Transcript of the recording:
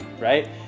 right